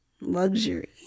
Luxury